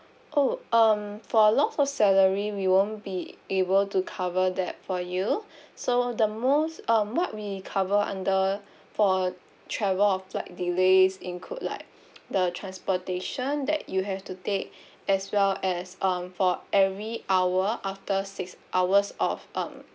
oh um for loss of salary we won't be able to cover that for you so the most um what we cover under for travel or flight delays include like the transportation that you have to take as well as um for every hour after six hours of um